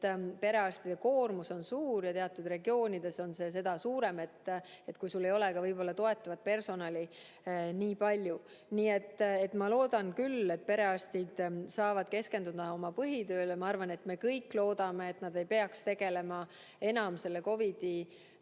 perearstide koormus on suur ja teatud regioonides on see seda suurem, et ei ole ka toetavat personali nii palju. Nii et ma loodan, et perearstid saavad keskenduda oma põhitööle. Ma arvan, et me kõik loodame, et nad ei pea enam tegelema COVID‑i kriisiga